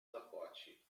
zapłaci